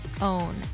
own